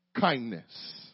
kindness